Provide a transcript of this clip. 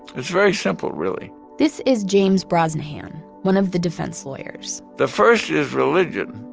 it's very simple, really this is james brosnahan, one of the defense lawyers the first is religion,